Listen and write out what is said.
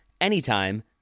anytime